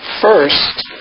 First